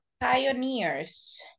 pioneers